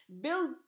Build